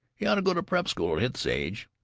he ought to go to prep school at his age!